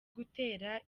gutera